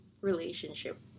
relationship